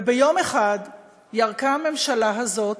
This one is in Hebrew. וביום אחד ירקה הממשלה הזאת